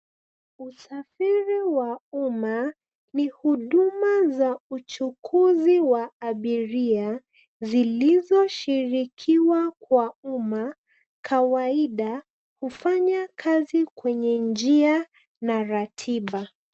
Usafiri wa uma ni huduma za uchukuzi wa abiria zilizoshirikiwa kwa uma kawaida hufanya kazi kwenye njia na ratiba.